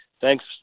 thanks